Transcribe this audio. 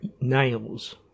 nails